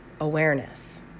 awareness